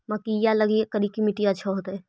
मकईया लगी करिकी मिट्टियां अच्छा होतई